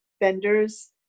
vendors